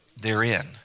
therein